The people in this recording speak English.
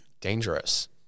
Dangerous